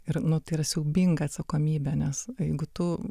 ir nu tai yra siaubinga atsakomybė nes o jeigu tu